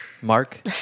Mark